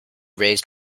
raised